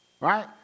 Right